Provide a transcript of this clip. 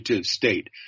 state